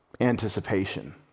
anticipation